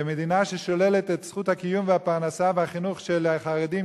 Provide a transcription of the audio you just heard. ומדינה ששוללת את זכות הקיום והפרנסה והחינוך של החרדים